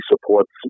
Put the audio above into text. supports